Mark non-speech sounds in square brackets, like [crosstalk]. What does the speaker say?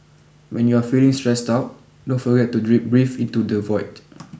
when you are feeling stressed out don't forget to [unintelligible] breathe into the void